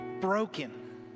broken